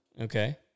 Okay